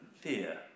fear